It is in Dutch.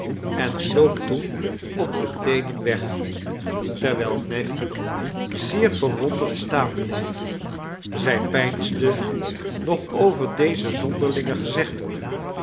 en sloop toen op de teenen weg terwijl nelly zeer verwonderd staan bleef zij peinsde nog over deze zonderlinge gezegden